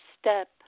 step